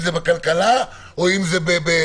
אם זה בכלכלה או אם זה בהפגנות,